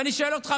ואני שואל אותך,